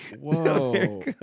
Whoa